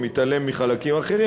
ומתעלם מחלקים אחרים,